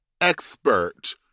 expert